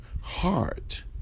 heart